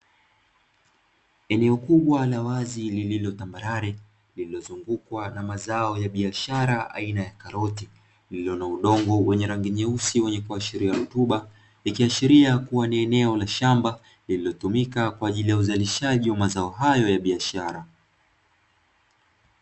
Eneo kubwa la wazi lililo tambarare lililozungukwa na mazao ya biashara aina ya karoti, lililo na udongo wenye rangi nyeusi wenye kuashiria rutuba, ikiashiria kuwa ni eneo la shamba lililotumika kwa ajili ya uzalishaji wa mazao hayo ya biashara.